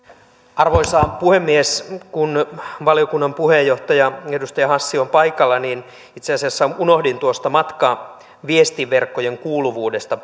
arvoisa puhemies kun valiokunnan puheenjohtaja edustaja hassi on paikalla niin itse asiassa unohdin tuosta matkaviestinverkkojen kuuluvuudesta